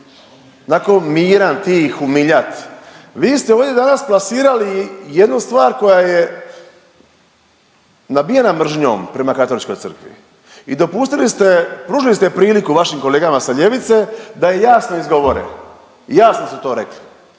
nako miran, tih, umiljat, vi ste ovdje danas plasirali jednu stvar koja je nabijena mržnjom prema Katoličkoj crkvi i dopustili ste, pružili ste priliku vašim kolegama sa ljevice da je jasno izgovore i jasno su to rekli.